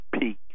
peak